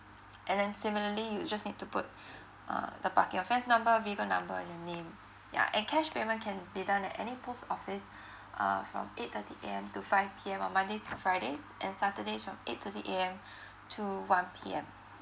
and then similarly you just need to put err the parking offence number vehicle number and your name yeah and cash payment can be done at any post office uh from eight thirty A_M to five P_M on monday to fridays and saturdays from eight thirty A_M to one P_M